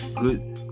good